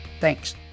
Thanks